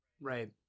Right